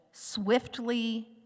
swiftly